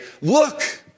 look